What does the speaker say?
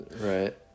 Right